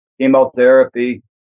chemotherapy